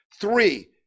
Three